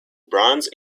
bronze